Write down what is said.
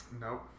Nope